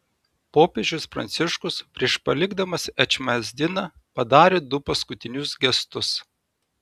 popiežius pranciškus prieš palikdamas ečmiadziną padarė du paskutinius gestus